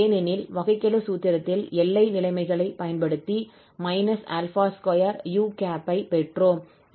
ஏனெனில் வகைக்கெழு சூத்திரத்தில் எல்லை நிலைமைகளைப் பயன்படுத்தி −𝛼2u பெற்றோம்